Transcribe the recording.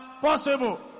possible